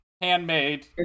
Handmade